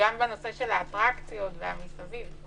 גם בנושא של האטרקציות והמסביב.